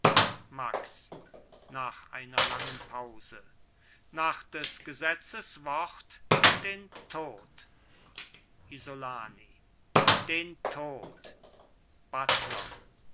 max nach einer langen pause nach des gesetzes wort den tod isolani den tod